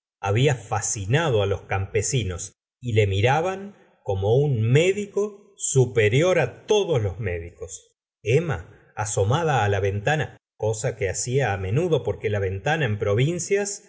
había fascinado á los campesinos y le miraban como un médico superior á todos los médicos emma asomada á la ventana cosa que hacia á menudo porque la ventana en provincias